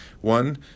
one